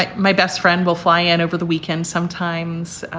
like my best friend will fly in over the weekend sometimes.